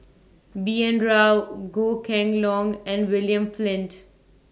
B N Rao Goh Kheng Long and William Flint